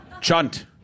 Chunt